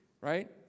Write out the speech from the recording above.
Right